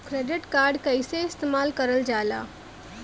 Credit card कईसे इस्तेमाल करल जाला?